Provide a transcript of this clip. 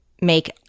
make